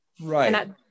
Right